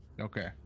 okay